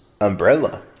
umbrella